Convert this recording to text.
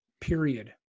Period